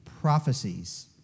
prophecies